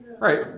Right